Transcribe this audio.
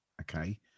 okay